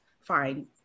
fine